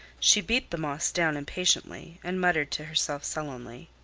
she beat the moss down impatiently, and muttered to herself sullenly.